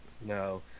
No